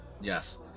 Yes